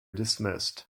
dismissed